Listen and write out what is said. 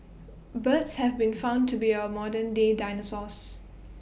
birds have been found to be our modern day dinosaurs